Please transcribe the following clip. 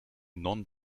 non